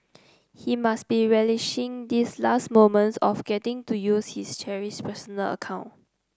he must be relishing these last moments of getting to use his cherished personal account